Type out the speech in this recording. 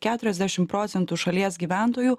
keturiasdešim procentų šalies gyventojų